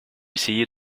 essayer